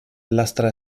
lastra